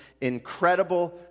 incredible